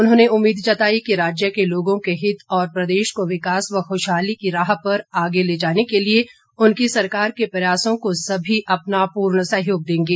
उन्होंने उम्मीद जताई कि राज्य के लोगों के हित और प्रदेश को विकास व खुशहाली की राह पर आगे ले जाने के लिए उनकी सरकार के प्रयासों को सभी अपना पूर्ण सहयोग देंगे